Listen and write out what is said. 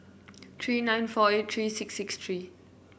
three nine four eight three six six three